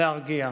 להרגיע.